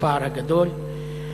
הפער הגדול,